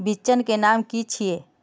बिचन के नाम की छिये?